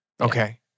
Okay